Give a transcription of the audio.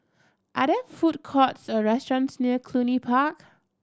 are there food courts or restaurants near Cluny Park